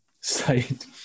site